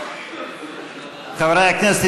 חברי הכנסת,